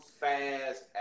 fast